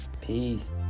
peace